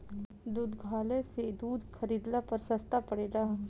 दुग्धालय से दूध खरीदला पर सस्ता पड़ेला?